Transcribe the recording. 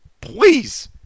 please